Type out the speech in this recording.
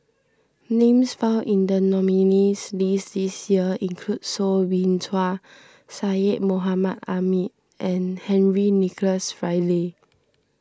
names found in the nominees' list this year include Soo Bin Chua Syed Mohamed Ahmed and Henry Nicholas Ridley